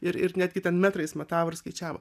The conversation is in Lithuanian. ir ir netgi ten metrais matavo ir skaičiavo